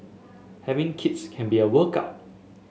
having kids can be a workout